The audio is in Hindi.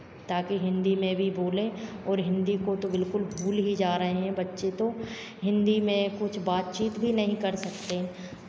ताकि हिन्दी में भी बोलें और हिन्दी को तो बिलकुल भूल ही जा रहे हैं बच्चे तो हिन्दी में कुछ बातचीत भी नहीं कर सकते